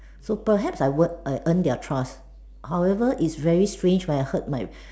so perhaps I would I earn their trust however it's very strange when I heard my